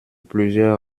plusieurs